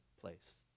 place